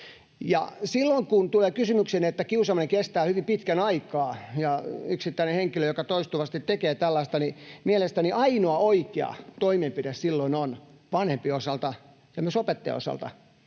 Silloin kun tulee kysymykseen, että kiusaaminen kestää hyvin pitkän aikaa ja kyseessä on yksittäinen henkilö, joka toistuvasti tekee tällaista, niin mielestäni ainoa oikea toimenpide on vanhempien osalta ja myös opettajan osalta